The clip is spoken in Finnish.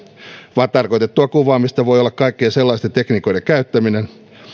vaan tarkoitettua kuvaamista voi olla kaikkien sellaisten tekniikoiden käyttäminen